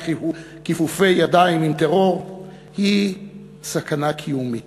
כיפופי ידיים עם טרור היא סכנה קיומית.